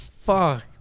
Fuck